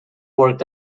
worked